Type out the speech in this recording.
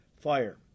fire